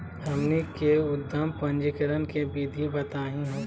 हमनी के उद्यम पंजीकरण के विधि बताही हो?